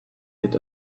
yet